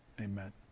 amen